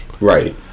Right